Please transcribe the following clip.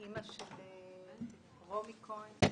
אמא של רומי כהן